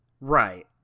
right